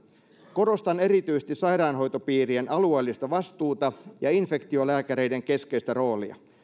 korostan erityisesti sairaanhoitopiirien alueellista vastuuta ja infektiolääkäreiden keskeistä roolia